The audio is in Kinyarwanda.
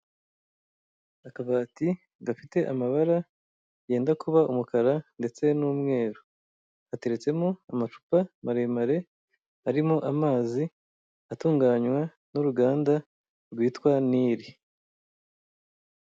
Akabati gafite amabara yenda kuba umukara ndetse n'umweru gateretsemo amacupa maremare arimo amazi atunganywa n'uruganda rwitwa nili.